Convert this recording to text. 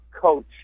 coach